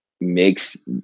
makes